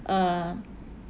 um